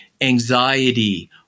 anxiety